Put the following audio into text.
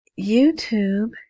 YouTube